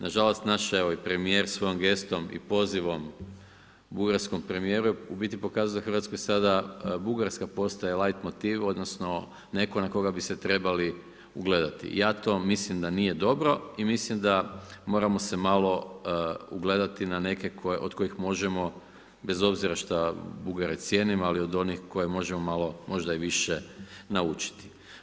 Na žalost, naš premijer svojom gestom i pozivom bugarskom premijeru u biti pokazuje da Hrvatskoj sada Bugarska postaje light motiv odnosno neko na koga bi se trebali ugledati i ja to mislim da nije dobro i mislim da se moramo malo ugledati na neke od kojih možemo, bez obzira šta Bugare cijenim, ali od onih koje možemo možda i više naučiti.